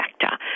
factor